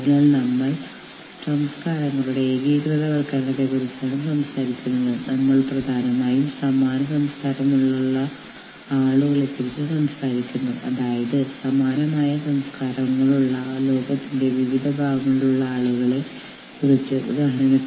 അതിനാൽ നിങ്ങളുടെ സ്ഥാപനം എന്തെങ്കിലും ചെയ്യാൻ ശ്രമിക്കുന്നുണ്ടെങ്കിൽ നിങ്ങൾ നിയമം അറിയേണ്ടതുണ്ട് അല്ലെങ്കിൽ നിയമം അറിയുന്ന ആരെയെങ്കിലും കണ്ടെത്തുക എന്നത് നിങ്ങൾക്ക് പ്രധാനമാണ്